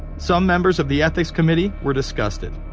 some members of the ethics committee were disgusted.